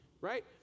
right